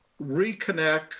reconnect